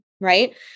right